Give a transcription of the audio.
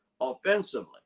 offensively